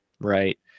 right